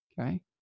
okay